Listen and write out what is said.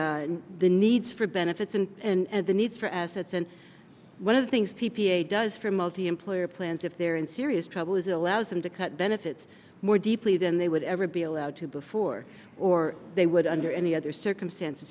the the needs for benefits and and the need for assets and one of the things p p a does for multi employer plans if they're in serious trouble is it allows them to cut benefits more deeply than they would ever be allowed to before or they would under any other circumstances